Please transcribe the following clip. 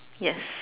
yes